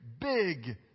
big